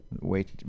wait